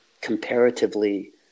comparatively